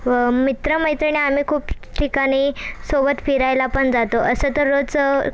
व मित्र मैत्रिणी आम्ही खूप ठिकाणी सोबत फिरायला पण जातो असं तर रोज